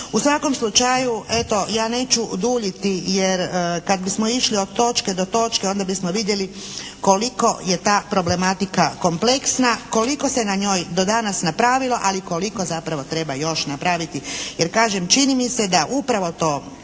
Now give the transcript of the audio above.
U svakom slučaju eto ja neću duljiti jer kada bismo išli od točke do točke onda bismo vidjeli koliko je ta problematika kompleksna, koliko se na njoj do danas napravilo, ali koliko zapravo treba još napraviti. Jer kažem čini mi se da upravo to